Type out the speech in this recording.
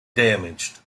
damaged